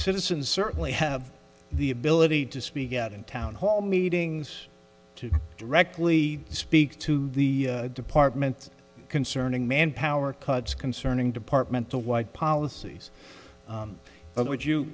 citizen certainly have the ability to speak out in town hall meetings to directly speak to the department concerning manpower cuts concerning departmental wide policies but would you